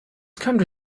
county